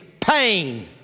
pain